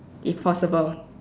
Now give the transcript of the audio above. if possible